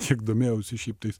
kiek domėjausi šiaip taip